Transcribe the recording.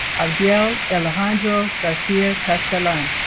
abdiel alejandro garcia castelan